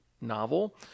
novel